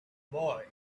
boy